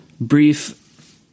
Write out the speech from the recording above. brief